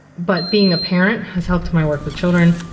but being a parent has helped my work with children.